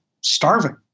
starving